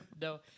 No